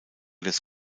des